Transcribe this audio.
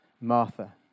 Martha